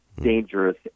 dangerous